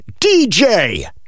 DJ